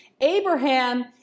Abraham